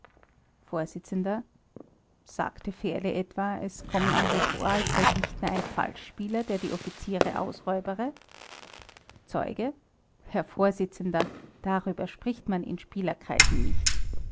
vors sagte fährle etwa es komme ihm so vor als sei lichtner ein falschspieler der die offiziere ausräubere zeuge herr vorsitzender darüber spricht man in spielerkreisen nicht